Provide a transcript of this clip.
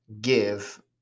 give